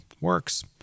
Works